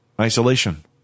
Isolation